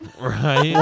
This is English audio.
right